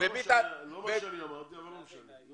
שאני אמרתי אבל לא משנה.